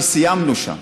וסיימנו שם.